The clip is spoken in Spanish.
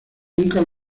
nunca